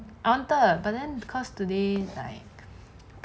wanted but then because today like